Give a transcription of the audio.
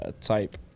type